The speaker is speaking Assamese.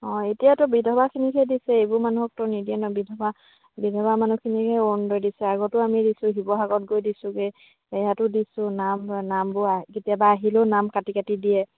অঁ এতিয়াতো বিধৱাখিনিকহে দিছে এইবোৰ মানুহকতো নিদিয়ে ন বিধৱা বিধৱা মানুহখিনিকহে অৰুণোদয় দিছে আগতো আমি দিছোঁ শিৱসাগৰত গৈ দিছোগৈ ইয়াতো দিছোঁ নাম নামবোৰ কেতিয়াবা আহিলেও নাম কাটি কাটি দিয়ে